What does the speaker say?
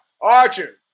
Archer